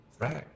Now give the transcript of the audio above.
Right